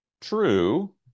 true